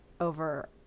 over